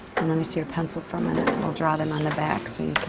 and let me see your pencil for a minute, and i'll draw them on the back so